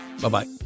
Bye-bye